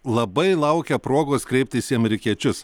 labai laukia progos kreiptis į amerikiečius